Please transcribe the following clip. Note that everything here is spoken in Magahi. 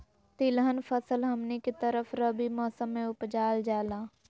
तिलहन फसल हमनी के तरफ रबी मौसम में उपजाल जाला